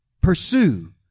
Pursue